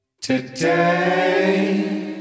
Today